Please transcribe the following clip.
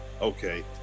Okay